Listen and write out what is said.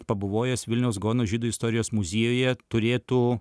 pabuvojęs vilniaus gaono žydų istorijos muziejuje turėtų